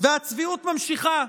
והצביעות נמשכת.